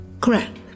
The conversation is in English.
correct